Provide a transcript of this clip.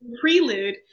prelude